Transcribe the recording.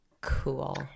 Cool